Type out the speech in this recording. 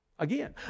Again